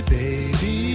baby